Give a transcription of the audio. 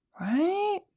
Right